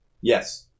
Yes